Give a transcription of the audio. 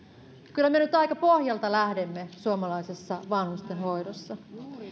kyllä me nyt aika pohjalta lähdemme suomalaisessa vanhustenhoidossa